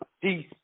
Peace